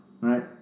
right